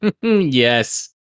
Yes